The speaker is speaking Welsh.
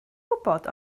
gwybod